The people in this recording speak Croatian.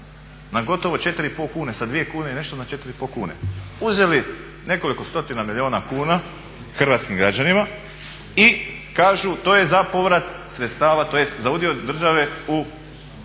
Na gotovo 4,5 kune, sa 2 kune i nešto na 4,5 kune. Uzeli nekoliko stotina milijuna kuna hrvatskim građanima i kažu to je za povrat sredstava, tj. za udio države u